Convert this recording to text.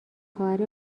خواهر